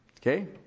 Okay